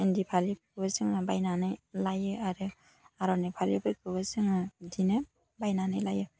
इन्दि फालिखौबो जोङो बायनानै लायो आरो आर'नाइ फालिफोरखौबो जोङो बिदिनो बायनानै लायो